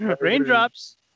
Raindrops